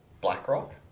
BlackRock